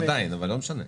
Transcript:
עדיין, אבל לא משנה.